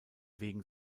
wegen